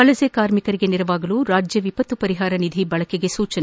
ವಲಸೆ ಕಾರ್ಮಿಕರಿಗೆ ನೆರವಾಗಲು ರಾಜ್ಯ ವಿಪತ್ತು ಪರಿಹಾರ ನಿಧಿ ಬಳಕೆಗೆ ಸೂಚನೆ